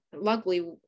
luckily